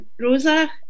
Rosa